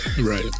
Right